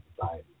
society